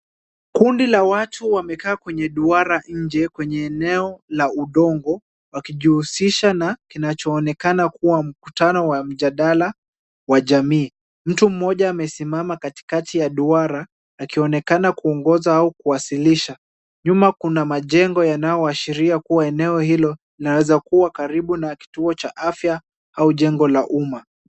Kundi la watu limekaa kwenye duara nje kwenye eneo la udongo wakijihusisha na kinachoonekana kuwa mkutano wa mjadala wa jamii. Mtu mmoja amesimama katikati ya duara akionekana kuongoza au kuwasilisha. Nyuma kuna majengo yanayoashiria kuwa eneo hilo linaweza kuwa karibu na kituo cha afya au jengo la umma.